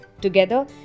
Together